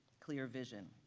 clear vision.